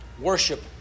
worship